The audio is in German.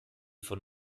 von